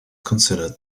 considered